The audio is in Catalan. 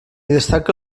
destaca